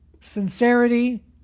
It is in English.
sincerity